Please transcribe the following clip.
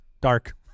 Dark